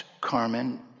Carmen